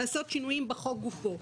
לעשות שינויים בחוק גופו.